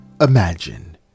Imagine